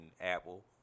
Apple